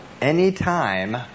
Anytime